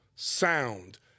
sound